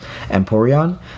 Emporion